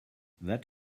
that